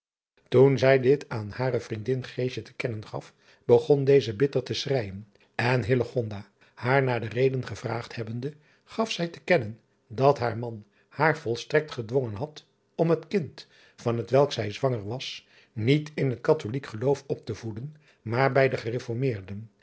oen zij dit aan hare vriendin te kennen gaf begon deze bitter te schreijen en haar naar de reden gevraagd hebbende gaf zij te kennen dat haar man haar volstrekt gedwongen had om het kind van het welk zij zwanger was niet in het atholijk geloof op te voeden maar bij de ereformeerden